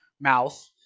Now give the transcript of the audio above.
Mouth